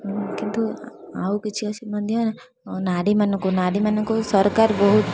କିନ୍ତୁ ଆଉ କିଛି ଅଛି ମଧ୍ୟ ନାରୀମାନଙ୍କୁ ନାରୀମାନଙ୍କୁ ସରକାର ବହୁତ